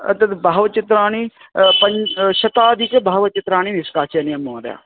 तद् बहवः चित्राणि प शताधिकानि बहूनि चित्राणि निष्कासनीयं महोदय